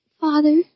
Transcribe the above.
Father